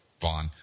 Vaughn